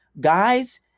guys